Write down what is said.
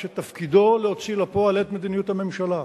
שתפקידו להוציא לפועל את מדיניות הממשלה,